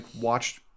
watched